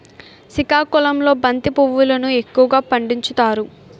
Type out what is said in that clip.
సికాకుళంలో బంతి పువ్వులును ఎక్కువగా పండించుతారు